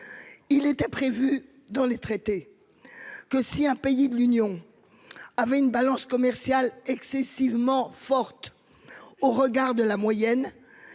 Il était prévu dans les traités. Que si un pays de l'Union. Avait une balance commerciale excessivement forte. Au regard de la moyenne.